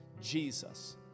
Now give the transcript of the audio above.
Jesus